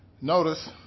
Notice